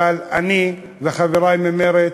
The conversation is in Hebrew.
אבל אני וחברי ממרצ,